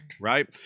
Right